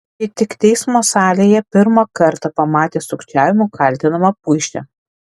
ji tik teismo salėje pirmą kartą pamatė sukčiavimu kaltinamą puišę